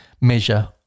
measure